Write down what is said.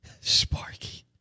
Sparky